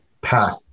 path